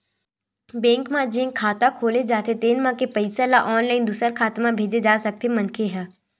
bank म जेन खाता खोले जाथे तेन म के पइसा ल ऑनलाईन दूसर खाता म भेजे जा सकथे मनखे ह